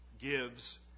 gives